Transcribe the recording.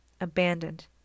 abandoned